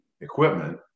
equipment